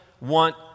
want